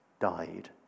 died